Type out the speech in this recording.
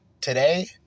today